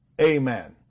Amen